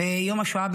ביום השואה,